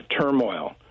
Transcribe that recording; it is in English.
turmoil